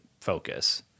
focus